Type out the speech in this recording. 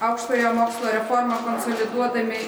aukštojo mokslo reformą konsoliduodami